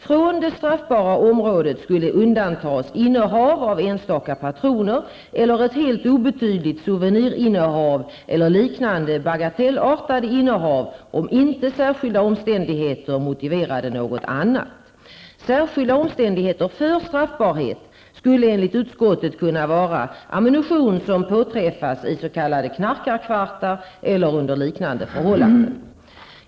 Från det straffbara området skulle undantas innehav av enstaka patroner eller ett helt obetydligt souvenirinnehav eller liknande bagatellartade innehav, om inte särskilda omständigheter motiverade något annat. Särskilda omständigheter för straffbarhet skulle enligt utskottet kunna vara ammunition som påträffas i s.k. knarkarkvartar eller under liknande förhållanden.